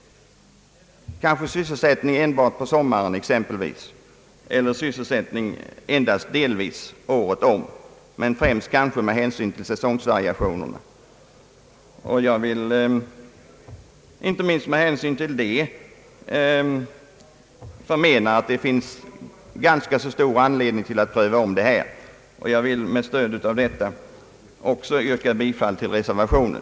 De kanske har sysselsättning enbart på sommaren eller sysselsättning endast delvis året om, men är främst kanske beroende av säsongvariationerna. Inte minst med hänsyn till detta förmenar jag att det finns stor anledning att pröva om bestämmelserna. Herr talman! Med stöd av detta vill också jag yrka bifall till reservationen.